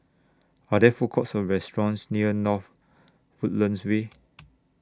Are There Food Courts Or restaurants near North Woodlands Way